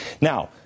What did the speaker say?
Now